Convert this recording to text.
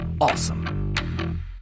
awesome